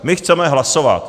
My chceme hlasovat.